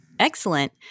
excellent